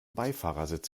beifahrersitz